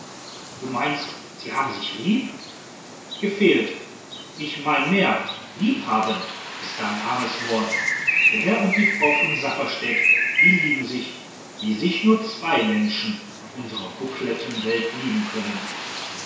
du meinst sie haben sich lieb gefehlt ich mein mehr liebhaben ist da ein armes wort der herr und die frau von safferstätt die lieben sich wie sich nur zwei menschen auf unserer buckleten welt lieben können